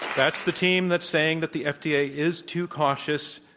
that's the team that's saying that the fda is too cautious.